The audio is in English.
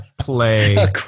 play